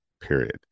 period